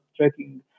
tracking